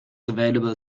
available